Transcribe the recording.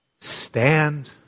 stand